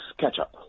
ketchup